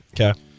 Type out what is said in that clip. Okay